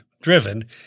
driven